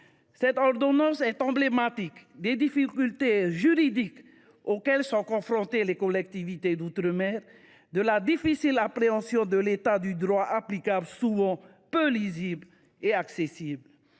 cette ordonnance est emblématique des difficultés juridiques auxquelles sont confrontées les collectivités d’outre mer et de la difficile appréhension par l’État du droit applicable, souvent peu lisible et accessible.